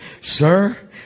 Sir